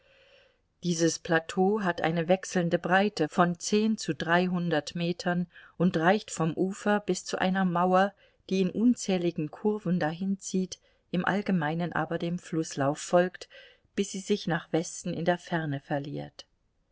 dieses plateau hat eine wechselnde breite von zehn zu dreihundert metern und reicht vom ufer bis zu einer mauer die in unzähligen kurven dahinzieht im allgemeinen aber dem flußlauf folgt bis sie sich nach westen in der ferne verliert